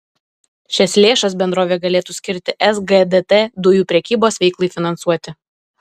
šias lėšas bendrovė galėtų skirti sgdt dujų prekybos veiklai finansuoti